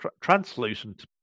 translucent